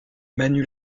manu